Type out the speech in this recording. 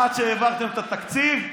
עד שהעברתם את התקציב,